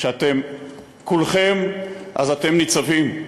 כשאתם "כולכם" אז אתם "ניצבים",